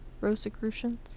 Rosicrucians